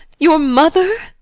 your mother!